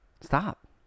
stop